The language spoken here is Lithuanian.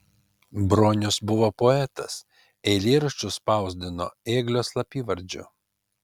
bronius buvo poetas eilėraščius spausdino ėglio slapyvardžiu